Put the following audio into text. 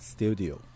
Studio